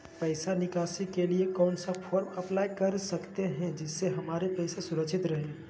पैसा निकासी के लिए कौन सा फॉर्म अप्लाई कर सकते हैं जिससे हमारे पैसा सुरक्षित रहे हैं?